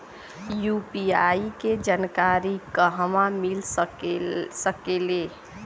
UPI के जानकारी कहवा मिल सकेले?